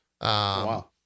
Wow